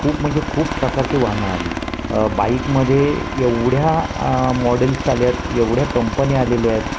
खूप म्हणजे खूप प्रकारची वाहनं आली बाईकमध्ये एवढ्या मॉडेल्स आल्या आहेत एवढ्या कंपन्या आलेल्या आहेत